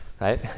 right